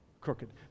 crooked